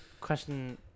Question